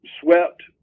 swept